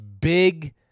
big